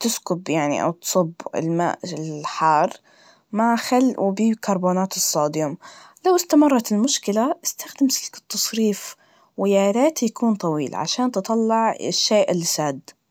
تسكب يعني أو تصب الماء الحار مع خل وبيكربونات الصوديوم, لو استمرت المشكلة, استخدم سلك التصريف, ويا ريت يكون طويل, عشان تطلع الشيء اللي ساد.